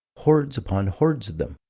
hordes upon hordes of them.